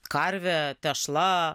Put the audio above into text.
karvė tešla